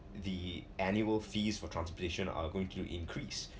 the annual fees for transportation are going to increase